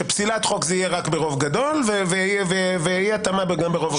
שפסילת חוק זה יהיה רק ברוב גדול ואי-התאמה גם ברוב רגיל.